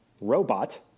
robot